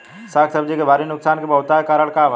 साग सब्जी के भारी नुकसान के बहुतायत कारण का बा?